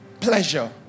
pleasure